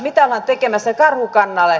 mitä ollaan tekemässä karhukannalle